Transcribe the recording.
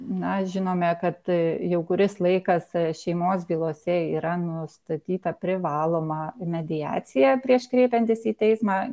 na žinome kad jau kuris laikas šeimos bylose yra nustatyta privaloma mediacija prieš kreipiantis į teismą